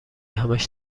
همش